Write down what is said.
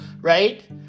right